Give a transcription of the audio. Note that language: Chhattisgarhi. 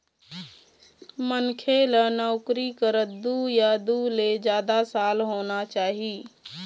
मनखे ल नउकरी करत दू या दू ले जादा साल होना चाही